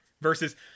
Versus